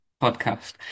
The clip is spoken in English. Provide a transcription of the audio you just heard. podcast